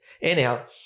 anyhow